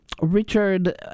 Richard